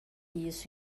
isso